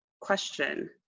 question